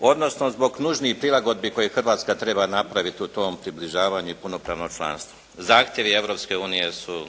odnosno zbog nužnih prilagodbi koje Hrvatska treba napraviti u tom približavanju i punopravnom članstvu. Zahtjevi Europske unije su,